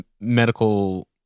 medical